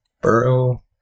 Burrow